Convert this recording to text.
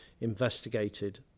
investigated